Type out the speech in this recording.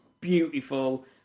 beautiful